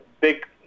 big